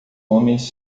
homens